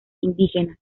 indígenas